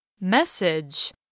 Message